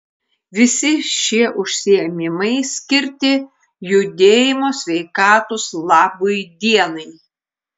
visi šie užsiėmimai skirti judėjimo sveikatos labui dienai